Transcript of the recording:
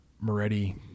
Moretti